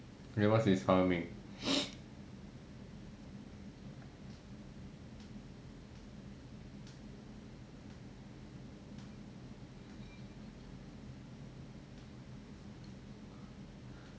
what's his 华文名